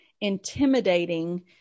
intimidating